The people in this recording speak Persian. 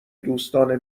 دوستانه